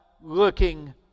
looking